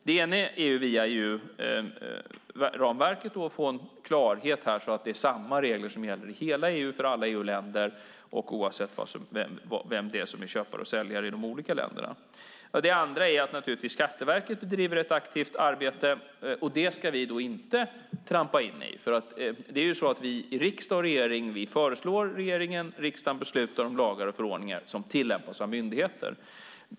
Det ena spåret är att via EU-ramverket få en klarhet så att samma regler gäller i hela EU för alla EU-länder, oavsett vem det är som är köpare och säljare i de olika länderna. Det andra spåret är att Skatteverket driver ett aktivt arbete, och det ska vi inte trampa in i. Det är ju så att regeringen föreslår och riksdagen beslutar om lagar och förordningar som tillämpas av myndigheter.